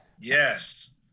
Yes